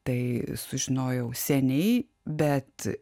tai sužinojau seniai bet